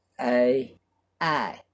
A-I